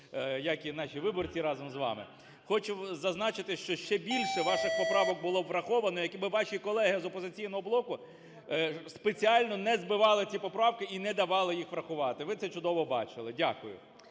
як і наші виборці разом з вами. Хочу зазначити, що ще більше ваших поправок було би враховано, які би ваші колеги з "Опозиційний блоку" спеціально не збивали ці поправки і не давали їх врахувати. Ви це чудово бачили. Дякую.